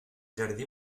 jardí